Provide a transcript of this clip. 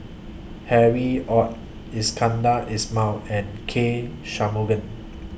Harry ORD Iskandar Ismail and K Shanmugam